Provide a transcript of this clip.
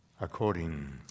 according